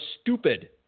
stupid